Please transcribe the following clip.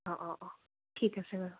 অ' অ' অ' ঠিক আছে বাৰু